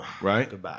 right